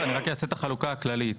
אני רק אעשה את החלוקה הכללית.